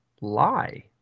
lie